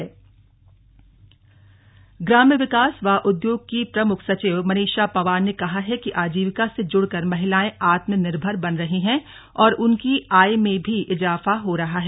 प्रमुख सचिव मनीषा पंवार ग्राम्य विकास व उद्योग की प्रमुख सचिव मनीषा पंवार ने कहा है कि आजीविका से जुड़कर महिलाएं आत्मनिर्भर बन रही हैं और उनकी आय में भी इजाफा हो रहा है